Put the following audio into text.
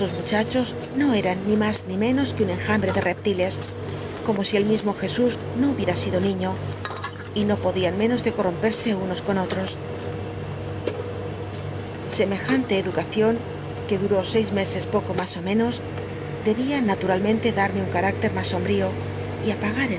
muchachos no eran ni mas ni menos que un enjambre de reptiles como si el mismo jesus no hubiera sido niño y no podían menos de corompci'sc unos con otros semejante cducacion que duró seis meses poco mas ó menos tlcbia natlh llmcnte datmc un caráclc mas sombrío y apagat